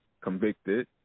convicted